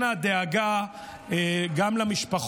לפני כן,